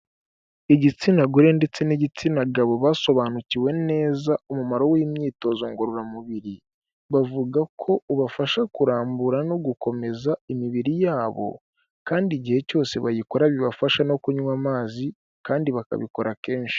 Igitsina gore ndetse n'igitsina gabo basobanukiwe neza umumaro w'imyitozo ngororamubiri, bavuga ko ubafasha kurambura no gukomeza imibiri yabo, kandi igihe cyose bayikora bibafasha no kunywa amazi kandi bakabikora kenshi.